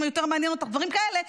אם יותר מעניין אותך דברים כאלה,